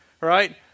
right